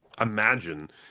imagine